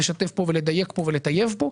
לשתף פה ולדייק פה ולטייב פה.